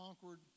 conquered